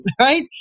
right